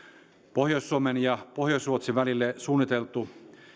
pohjois suomen ja pohjois ruotsin välille suunniteltu